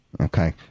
Okay